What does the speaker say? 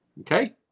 Okay